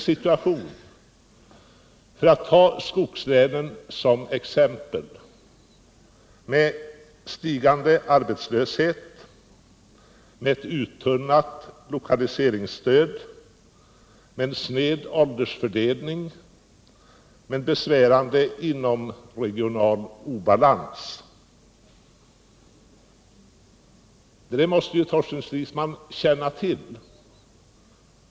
Situationen i skogslänen präglas av stigande arbetslöshet, uttunnat lokaliseringsstöd, sned åldersfördelning och besvärande inomregional obalans. Detta måste Torsten Stridsman känna till.